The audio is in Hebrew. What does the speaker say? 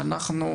שאנחנו,